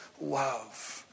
love